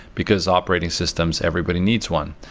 because operating systems, everybody needs one.